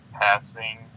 passing